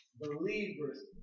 believers